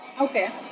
Okay